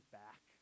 back